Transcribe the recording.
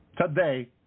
Today